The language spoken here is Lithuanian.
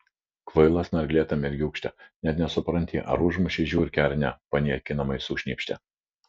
kvaila snarglėta mergiūkšte net nesupranti ar užmušei žiurkę ar ne paniekinamai sušnypštė